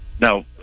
no